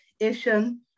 Asian